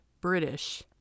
British